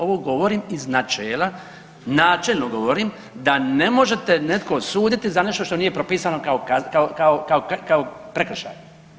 Ovo govorim iz načela, načelno govorim da ne možete te netko osuditi za nešto što nije propisano kao prekršaj.